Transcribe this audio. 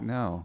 no